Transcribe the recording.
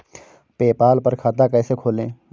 PayPal पर खाता कैसे खोलें?